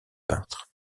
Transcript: peintre